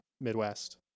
midwest